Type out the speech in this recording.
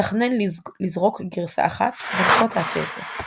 תכנן לזרוק גרסה אחת, בין כה תעשה את זה.